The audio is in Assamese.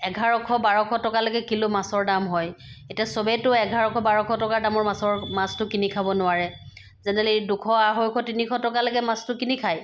এঘাৰশ বাৰশ টকালৈকে কিলো মাছৰ দাম হয় এতিয়া চবেইতো এঘাৰশ বাৰশ টকা দামৰ মাছৰ মাছটো কিনি খাব নোৱাৰে জেনেৰেলি দুশ আঢ়ৈশ তিনিশ টকালৈকে মাছটো কিনি খায়